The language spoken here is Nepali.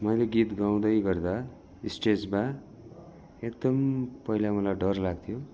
मैले गीत गाउँदै गर्दा स्टेजमा एकदम पहिला मलाई डर लाग्थ्यो